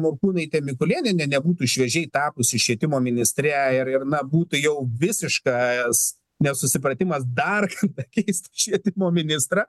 morkūnaitė mikulėnienė nebūtų šviežiai tapusi švietimo ministre ir na būtų jau visiškas nesusipratimas dar kartą keist švietimo ministrą